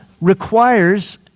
requires